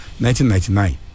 1999